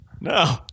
No